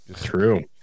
True